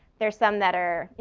there's some that are,